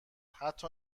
حتی